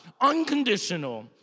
unconditional